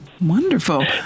Wonderful